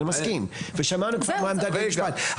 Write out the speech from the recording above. אני מסכים ושמענו גם מה עמדת בית המשפט,